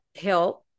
help